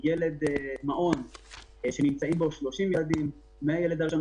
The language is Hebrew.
מעון שנמצאים בו 30 ילדים - מהילד הראשון